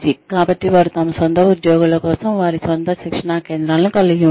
కాబట్టి వారు తమ సొంత ఉద్యోగుల కోసం వారి స్వంత శిక్షణా కేంద్రాలను కలిగి ఉన్నారు